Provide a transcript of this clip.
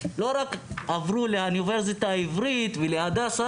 לא רק עברו לאוניברסיטה העברית ולהדסה